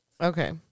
okay